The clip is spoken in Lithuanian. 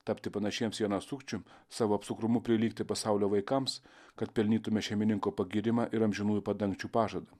tapti panašiems į aną sukčių savo apsukrumu prilygti pasaulio vaikams kad pelnytume šeimininko pagyrimą ir amžinųjų padangčių pažadą